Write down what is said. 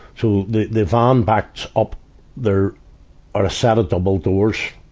so, the, the van backed up there are a set of double doors, ah,